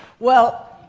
well,